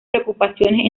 preocupaciones